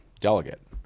delegate